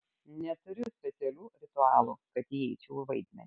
neturiu specialių ritualų kad įeičiau į vaidmenį